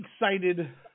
excited